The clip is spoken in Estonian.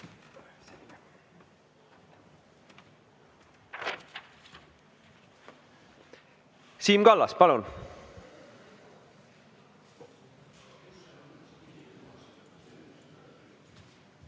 Siim Kallas, palun!